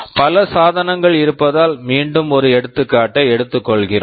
பல சாதனங்கள் இருப்பதால் மீண்டும் ஒரு எடுத்துக்காட்டை எடுத்துக்கொள்கிறோம்